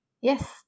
Yes